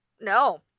no